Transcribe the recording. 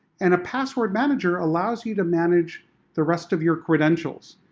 and a password manager allows you to manage the rest of your credentials,